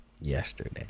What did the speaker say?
Yesterday